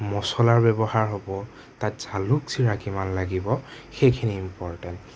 মছলাৰ ব্যৱহাৰ হ'ব তাত জালুক জিৰা কিমান লাগিব সেইখিনি ইম্পৰ্টেন্ট